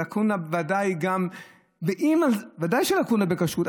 ודאי שלקונה בכשרות,